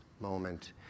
moment